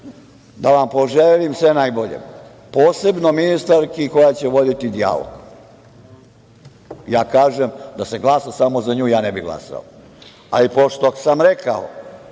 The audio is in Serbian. da vam poželim sve najbolje, posebno ministarki koja će da vodi dijalog. Kažem, da se glasa samo za nju ja ne bih glasao, ali pošto sam rekao